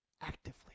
Actively